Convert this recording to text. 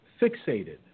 fixated